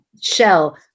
shell